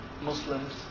Muslims